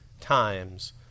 times